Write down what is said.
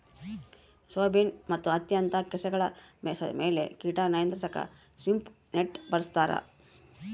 soybean ಮತ್ತು ಹತ್ತಿಯಂತ ಸಸ್ಯಗಳ ಮೇಲೆ ಕೀಟ ನಿಯಂತ್ರಿಸಾಕ ಸ್ವೀಪ್ ನೆಟ್ ಬಳಸ್ತಾರ